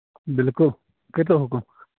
بِلکُل کٔرۍتو حُکُم